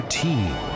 team